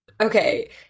Okay